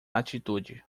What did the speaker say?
atitude